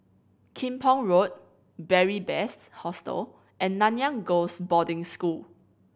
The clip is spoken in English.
Kim Pong Road Beary Best Hostel and Nanyang Girls' Boarding School